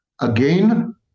again